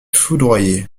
foudroyé